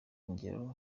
ingero